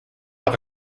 have